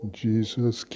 jesus